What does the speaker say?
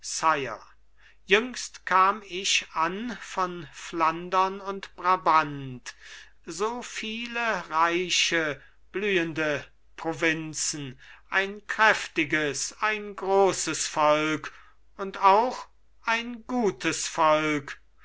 jüngst kam ich an von flandern und brabant so viele reiche blühende provinzen ein kräftiges ein großes volk und auch ein gutes volk